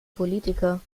politiker